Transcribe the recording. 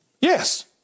Yes